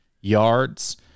yards